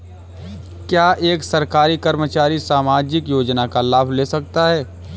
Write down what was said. क्या एक सरकारी कर्मचारी सामाजिक योजना का लाभ ले सकता है?